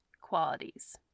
qualities